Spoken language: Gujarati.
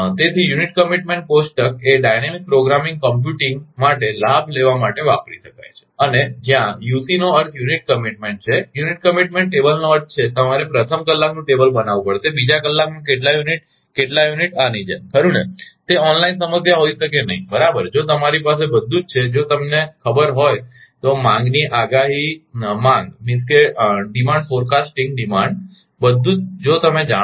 તેથી યુનિટ કમીટમેન્ટ કોષ્ટક એ ડાયનેમિક પ્રોગ્રામિંગ કમ્પ્યુટિંગગણતરી માટે લાભ લેવાસરળતા માટે વાપરી શકાય છે અને જ્યાં યુસીનો અર્થ યુનિટ કમીટમેન્ટ છે યુનિટ કમીટમેન્ટ ટેબલનો અર્થ છે કે તમારે પ્રથમ કલાકનું ટેબલ બનાવવું પડશે બીજા કલાકમાં કેટલા યુનિટ કેટલા યુનિટ આની જેમ ખરુ ને તે ઓનલાઇન સમસ્યા હોઇ શકે નહીં બરાબર જો તમારી પાસે બધું છે જો તમને ખબર હોય તો માંગની આગાહી માંગડીમાન્ડ ફોરકાસ્ટીંગ ડીમાન્ડ બધું જ જો તમે જાણો છો